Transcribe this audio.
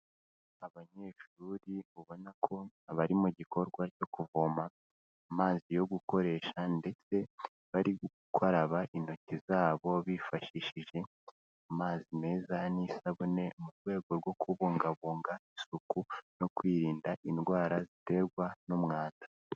Abanyeshuri ubona ko abari mu gikorwa cyo kuvoma, amazi yo gukoresha ndetse bari gukaraba intoki zabo bifashishije, amazi meza n'isabune mu rwego rwo kubungabunga isuku, no kwirinda indwara ziterwa n'umwanda.